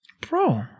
Bro